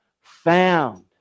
found